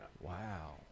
Wow